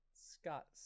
scott